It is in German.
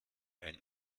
ein